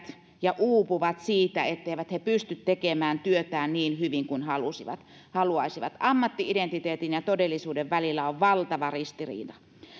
ja uupuvat siitä etteivät he pysty tekemään työtään niin hyvin kuin haluaisivat ammatti indentiteetin ja todellisuuden välillä on valtava ristiriita